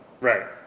Right